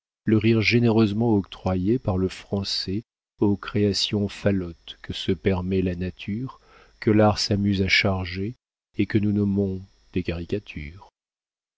le rire généreusement octroyé par le français aux créations falottes que se permet la nature que l'art s'amuse à charger et que nous nommons des caricatures